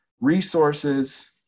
resources